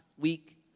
week